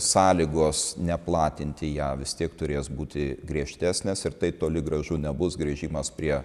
sąlygos neplatinti ją vis tiek turės būti griežtesnės ir tai toli gražu nebus grįžimas prie